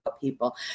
People